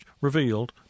revealed